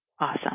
Awesome